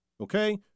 okay